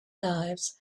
lives